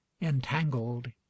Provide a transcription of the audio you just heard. entangled